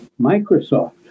Microsoft